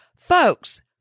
Folks